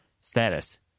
status